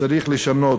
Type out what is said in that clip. צריך לשנות,